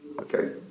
okay